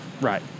Right